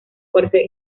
fuerte